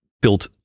built